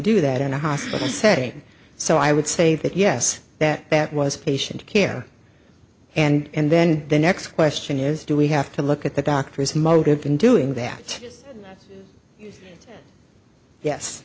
do that in a hospital setting so i would say that yes that that was patient care and then the next question is do we have to look at the doctor's motive in doing that yes